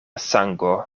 sango